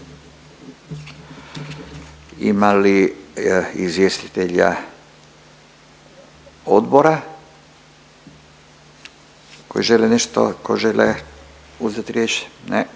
Ima li izvjestitelja odbora koji žele nešto, tko žele uzeti riječ? Ne.